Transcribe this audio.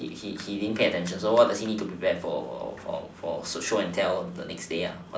he he he didn't pay attention so what did he need to prepare for show and tell the next day